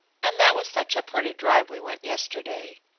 and that was such a pretty drive we went yesterday.